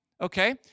Okay